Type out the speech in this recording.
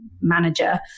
manager